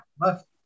Left